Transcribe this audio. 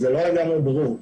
וזה לא לגמרי ברור.